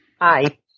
Hi